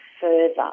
further